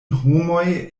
homoj